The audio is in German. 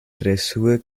dressur